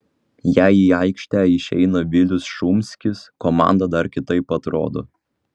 jei į aikštę išeina vilius šumskis komanda dar kitaip atrodo